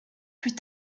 plus